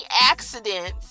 accidents